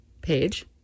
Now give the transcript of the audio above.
page